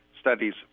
studies